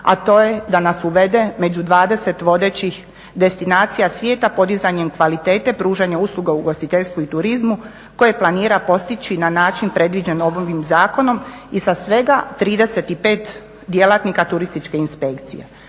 a to je da nas uvede među 20 vodećih destinacija podizanjem kvalitete, pružanjem usluga u ugostiteljstvu i turizmu koje planira postići na način predviđen ovim zakonom i za svega 35 djelatnika turističke inspekcije.